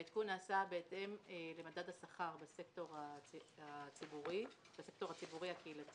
העדכון נעשה בהתאם למדד השכר בסקטור הציבורי הקהילתי,